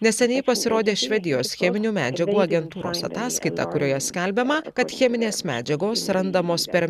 neseniai pasirodė švedijos cheminių medžiagų agentūros ataskaita kurioje skelbiama kad cheminės medžiagos randamos per